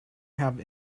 have